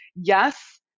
yes